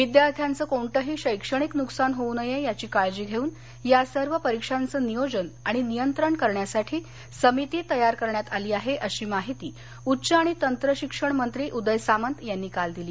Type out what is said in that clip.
विद्यार्थ्यांचं कोणतंही शैक्षणिक नुकसान होऊ नये याची काळजी घेऊन या सर्व परीक्षांचं नियोजन आणि नियंत्रण करण्यासाठी समिती तयार करण्यात आली आहे अशी माहिती उच्च आणि तंत्रशिक्षण मंत्री उदय सामंत यांनी काल दिली